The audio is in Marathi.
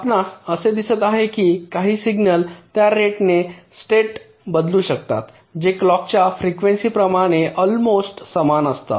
आपणास असे दिसते की काही सिग्नल त्या रेट ने स्टेट बदलू शकतात जे क्लॉकच्या फ्रिकवेंसी प्रमाणे अल्मोस्ट समान असतात